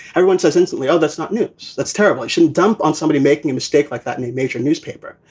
everyone says instantly, oh, that's not news. that's terrible. it shouldn't dump on somebody making a mistake like that in a major newspaper.